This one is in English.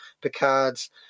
Picard's